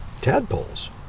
Tadpoles